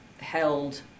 held